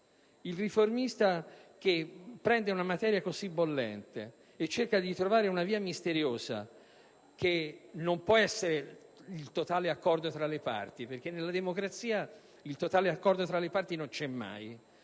Il riformista che prende una materia così bollente e cerca di trovare una via misteriosa, che non può essere il totale accordo tra le parti, perché nella democrazia il totale accordo tra le parti non c'è mai,